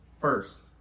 First